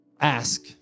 Ask